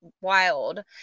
wild